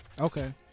Okay